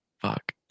Fuck